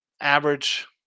Average